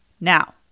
Now